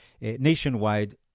nationwide